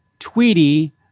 Tweety